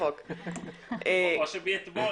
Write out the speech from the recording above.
(בסעיף זה, בעל הדירה המתקין),